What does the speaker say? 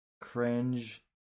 cringe